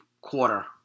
quarter